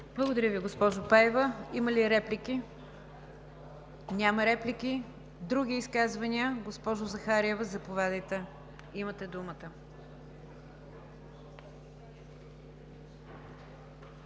Благодаря Ви, госпожо Пеева. Има ли реплики? Няма. Други изказвания? Госпожо Захариева, заповядайте, имате думата.